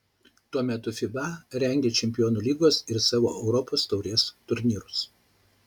tuo metu fiba rengia čempionų lygos ir savo europos taurės turnyrus